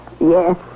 Yes